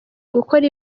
gukora